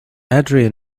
adrian